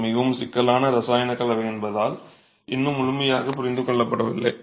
இது மிகவும் சிக்கலான இரசாயன கலவை என்பதால் இன்னும் முழுமையாக புரிந்து கொள்ளப்படவில்லை